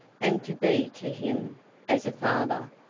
and to be to him as a father,